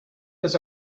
does